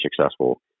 successful